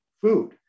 food